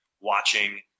watching